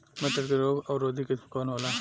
मटर के रोग अवरोधी किस्म कौन होला?